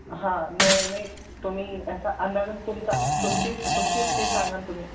हां नाही नाही तुम्ही असा अंदाजच तुमचा तुमचीच तुमचीच फीस सांगा ना तुम्ही